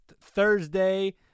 Thursday